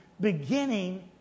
...beginning